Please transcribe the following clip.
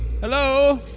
Hello